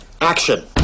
action